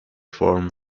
form